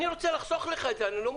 אני רוצה לחסוך לך את זה, אני לא מותקף.